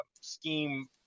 scheme